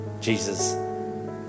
Jesus